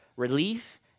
relief